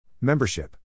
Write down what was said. Membership